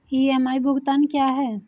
EMI भुगतान क्या है?